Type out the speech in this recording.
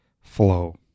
flow